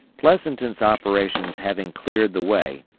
pleasonton's operations having cleared the way,